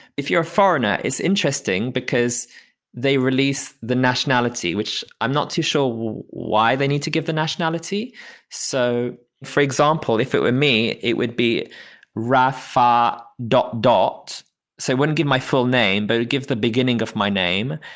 if you're a foreigner, it's interesting because they released the nationality, which i'm not too sure why they need to give the nationality so for example, if it were me, it would be rafah dot dot so i wouldn't give my full name, but give the beginning of my name.